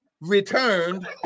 returned